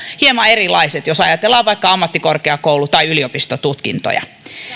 hieman erilaiset jos ajatellaan vaikka ammattikorkeakoulu tai yliopistotutkintoja